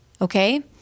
okay